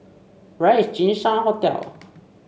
where is Jinshan Hotel